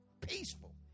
peaceful